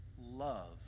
love